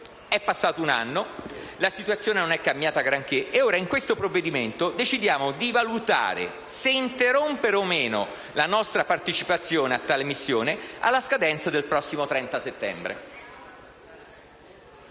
È passato un anno, la situazione non è cambiata granché e ora in questo provvedimento decidiamo di valutare se interrompere o meno la nostra partecipazione a tale missione alla scadenza del prossimo 30 settembre.